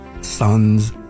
sons